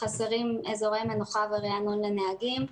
חסרים אזורי מנוחה וריענון לנהגים,